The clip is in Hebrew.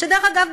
דרך אגב,